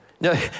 no